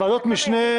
שוועדות משנה